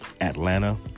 Atlanta